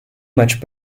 much